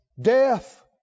death